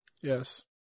Yes